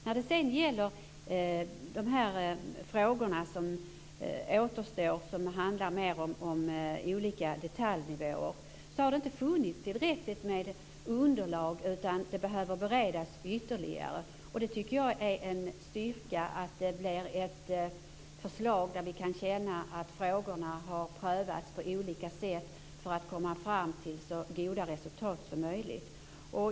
När det sedan gäller de återstående frågorna, som mer handlar om olika detaljnivåer, har det inte funnits tillräckligt med underlag. Detta behöver beredas ytterligare. Jag tycker att det är en styrka att det blir ett förslag där vi kan känna att frågorna har prövats på olika sätt för att resultaten skall bli så goda som möjligt.